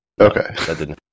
Okay